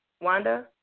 Wanda